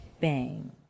Bang